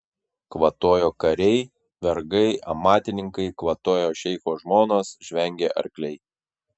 kvatojo kariai vergai amatininkai kvatojo šeicho žmonos žvengė arkliai